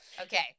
Okay